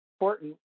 important